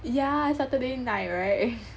yeah Saturday night right